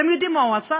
אתם יודעים מה הוא עשה?